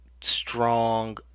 strong